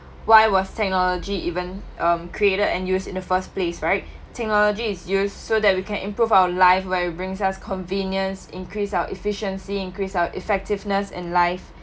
why was technology even um created and used in the first place right technology is used so that we can improve our life where brings us convenience increase our efficiency increase our effectiveness in life